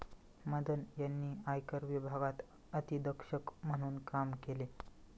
मदन यांनी आयकर विभागात अधीक्षक म्हणून काम केले